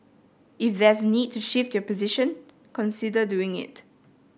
if there's a need to shift your position consider doing it